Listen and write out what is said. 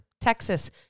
Texas